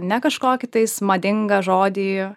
ne kažkokį tais madingą žodį